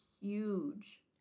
huge